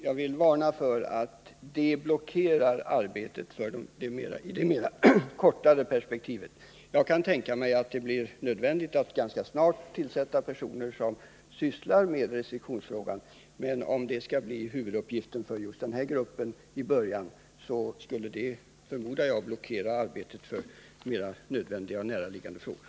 Jag vill emellertid varna för att restriktioner kan blockera arbetet i det kortare perspektivet. Jag kan tänka mig att det blir nödvändigt att ganska snart tillsätta personer som sysslar med restriktionsfrågan, men om den skulle bli huvuduppgiften för just den här gruppen i början av dess arbete skulle den uppgiften, förmodar jag, blockera arbetet med mer nödvändiga och näraliggande frågor.